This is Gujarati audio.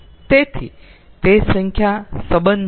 તેથી તે સંખ્યા સંબંધિત છે